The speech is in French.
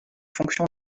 fonctions